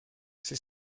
c’est